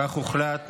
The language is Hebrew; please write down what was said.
כך הוחלט.